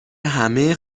همه